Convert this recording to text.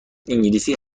انگلیسی